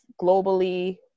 globally